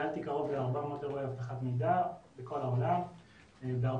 ניהלתי קרוב ל-400 אירוע אבטחת מידע בכל העולם ובהרבה